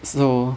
so